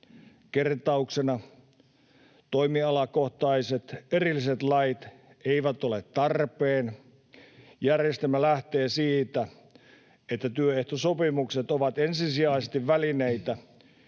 Kertauksena: Toimialakohtaiset erilliset lait eivät ole tarpeen. Järjestelmä lähtee siitä, että työehtosopimukset ovat ensisijaisesti välineitä,